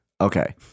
Okay